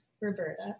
Roberta